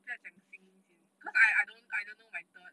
不要讲 singing things because I I I don't I don't know my third